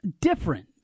Different